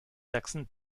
sachsen